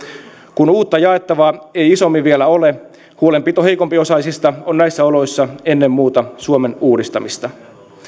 kun uutta jaettavaa ei isommin vielä ole huolenpito heikompiosaisista on näissä oloissa ennen muuta suomen uudistamista